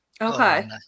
Okay